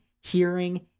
hearing